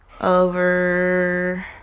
over